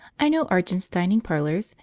i know argent's dining parlours,